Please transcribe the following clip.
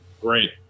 great